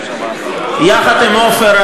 יחד עם עפר,